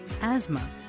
asthma